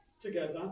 together